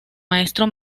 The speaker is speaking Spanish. maestro